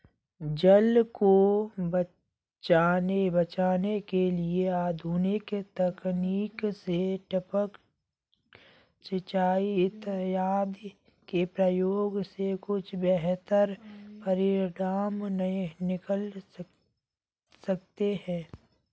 जल को बचाने के लिए आधुनिक तकनीक से टपक सिंचाई इत्यादि के प्रयोग से कुछ बेहतर परिणाम निकल सकते हैं